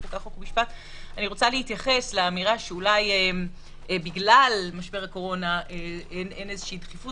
אני רוצה להתייחס לאמירה שאולי בגלל משבר הקורונה אין דחיפות.